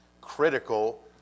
critical